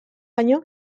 baino